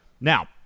Now